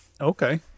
Okay